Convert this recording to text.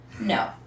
No